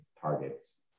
targets